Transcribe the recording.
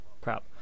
crap